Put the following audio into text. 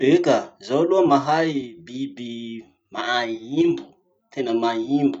Eka, zaho aloha mahay biby maimbo, tena maimbo.